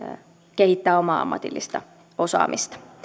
kehittää omaa ammatillista osaamistaan